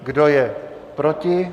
Kdo je proti?